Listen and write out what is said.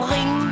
Ring